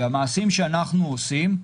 והמעשים שאנחנו עושים,